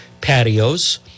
patios